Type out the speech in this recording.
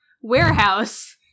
warehouse